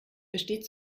besteht